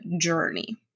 journey